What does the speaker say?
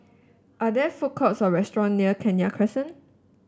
are there food courts or restaurants near Kenya Crescent